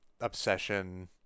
obsession